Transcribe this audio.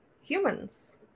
humans